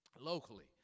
locally